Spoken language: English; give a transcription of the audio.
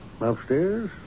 upstairs